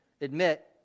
admit